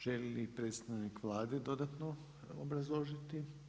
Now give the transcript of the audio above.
Želi li predstavnik Vlade dodatno obrazložiti?